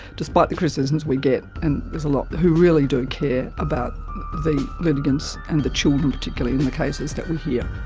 despite the criticisms we get and there's a lot, who really do care about the litigants and the children particularly in the cases that we hear.